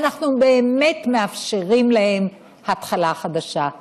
ואנחנו באמת מאפשרים להם התחלה חדשה.